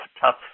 tough